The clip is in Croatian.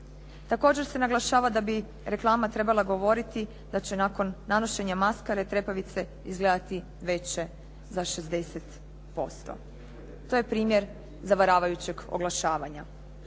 Također se naglašava da bi reklama trebala govoriti da će nakon nanošenja maskare trepavice izgledati veće za 60%. To je primjer zavaravajućeg oglašavanja.